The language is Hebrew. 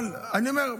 אבל אני אומר,